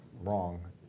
wrong